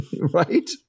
Right